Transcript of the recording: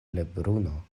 lebruno